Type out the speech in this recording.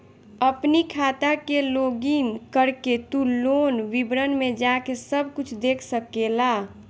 अपनी खाता के लोगइन करके तू लोन विवरण में जाके सब कुछ देख सकेला